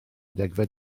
degfed